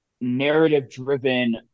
narrative-driven